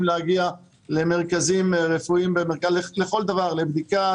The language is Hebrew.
להגיע למרכזים רפואיים במרכז לכל דבר: לבדיקה,